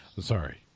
Sorry